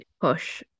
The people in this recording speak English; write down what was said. push